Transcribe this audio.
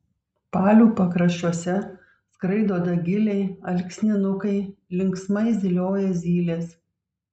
palių pakraščiuose skraido dagiliai alksninukai linksmai zylioja zylės